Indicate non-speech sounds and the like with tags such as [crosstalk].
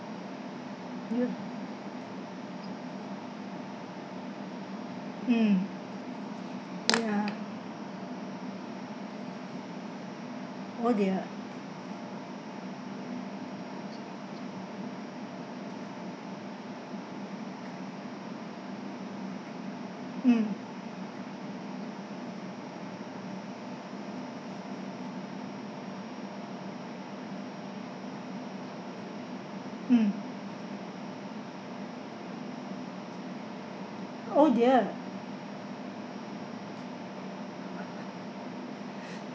[noise] mm ya oh dear mm mm oh dear